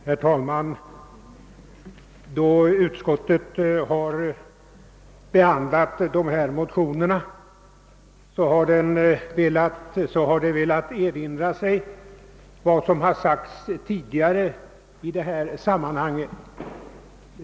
Herr talman! Vid behandlingen av dessa motioner har utskottet erinrat sig vad som tidigare sagts i sammanhanget.